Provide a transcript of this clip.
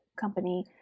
Company